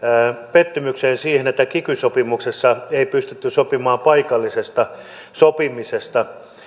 pettymykseen siitä että kiky sopimuksessa ei pystytty sopimaan paikallisesta sopimisesta